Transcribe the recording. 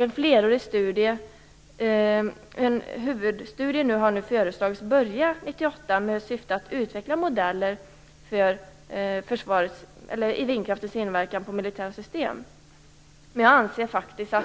En huvudstudie har nu föreslagits börja 1998 med syfte att utveckla modeller för vindkraftens inverkan på militära system. Men jag anser att